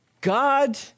God